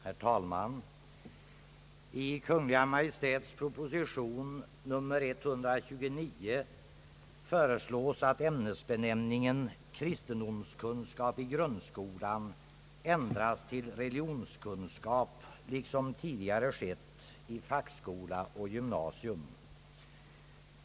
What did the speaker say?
Herr talman! I Kungl. Maj:ts proposition nr 129 föreslås, att ämnesbenämningen kristendomskunskap i grundskolan ändras till religionskunskap, liksom tidigare skett i fackskola och gymnasium.